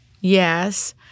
yes